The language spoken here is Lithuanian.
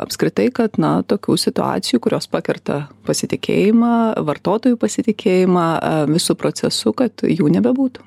apskritai kad na tokių situacijų kurios pakerta pasitikėjimą vartotojų pasitikėjimą visu procesu kad jų nebebūtų